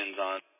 on